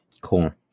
Cool